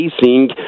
facing